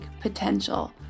potential